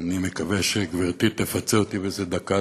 אני מקווה שגברתי תפצה אותי באיזו דקה,